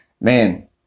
man